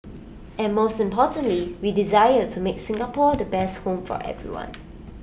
and most importantly we desire to make Singapore the best home for everyone